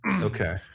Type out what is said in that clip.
Okay